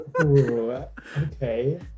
Okay